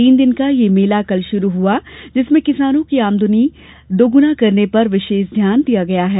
तीन दिन का यह मेला कल शुरू हआ जिसमें किसानों की आमदनी दोगुनी करने पर विशेष ध्यान दिया गया है